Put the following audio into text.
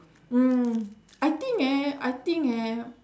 mm I think eh I think eh